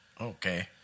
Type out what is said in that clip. Okay